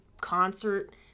concert